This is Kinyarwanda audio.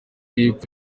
y’epfo